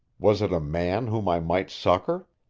was it a man whom i might succor?